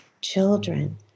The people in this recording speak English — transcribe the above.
children